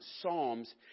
psalms